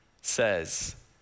says